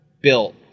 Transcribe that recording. built